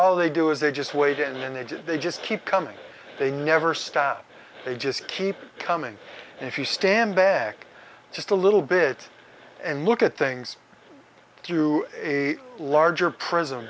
all they do is they just wait and when they did they just keep coming they never stop they just keep coming and if you stand back just a little bit and look at things through a larger pris